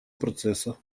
процесса